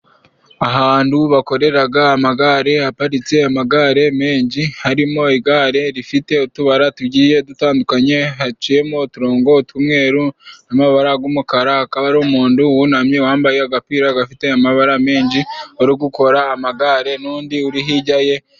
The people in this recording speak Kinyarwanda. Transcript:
Ahantu bakorera amagare haparitse amagare menshi, harimo igare rifite utubara tugiye dutandukanye, haciyemo uturongo tw'umweru n'amabara y'umukara, akaba ari umuntu wunamye wambaye agapira gafite amabara menshi, urikora amagare n'undi uri hirya ye.